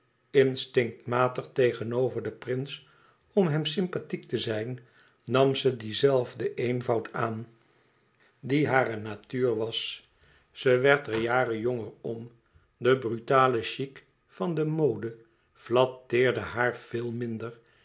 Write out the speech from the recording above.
instinctmatig tegenover den prins om hem sympathiek te zijn nam ze dien zelfden eenvoud aan die hare natuur was ze werd er jaren jonger om de brutale chic van de mode flatteerde haar veel minder